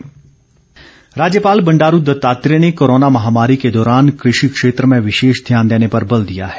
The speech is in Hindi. राज्यपाल राज्यपाल बंडारू दत्तात्रेय ने कोरोना महामारी के दौरान कृषि क्षेत्र में विशेष ध्यान देने पर बल दिया है